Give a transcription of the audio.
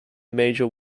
major